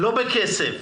לא בכסף,